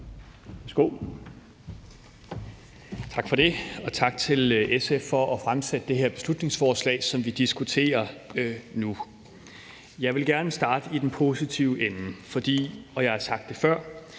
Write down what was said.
Tak for det, og tak til SF for at fremsætte det her beslutningsforslag som vi diskuterer nu, og jeg vil gerne starte i den positive ende. For jeg har sagt før,